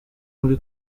muri